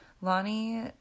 Lonnie